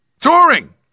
Touring